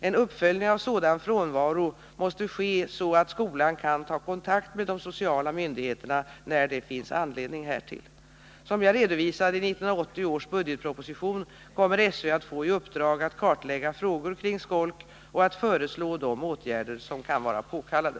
En uppföljning av sådan frånvaro måste ske, så att skolan kan ta kontakt med de sociala myndigheterna när det finns anledning härtill. Som jag redovisade i 1980 års budgetproposition kommer SÖ att få i uppdrag att kartlägga frågor kring skolk och att föreslå de åtgärder som kan vara påkallade.